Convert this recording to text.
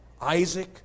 Isaac